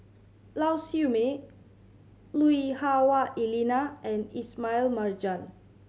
Lau Siew Mei Lui Hah Wah Elena and Ismail Marjan